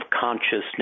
consciousness